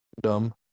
Dumb